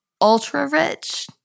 ultra-rich